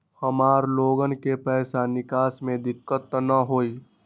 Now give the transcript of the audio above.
हमार लोगन के पैसा निकास में दिक्कत त न होई?